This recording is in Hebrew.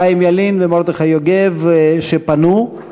חיים ילין ומרדכי יוגב פנו,